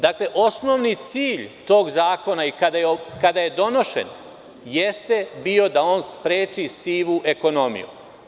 Dakle, osnovni cilj tog zakona i kada je donošen jeste bio da on spreči sivu ekonomiju.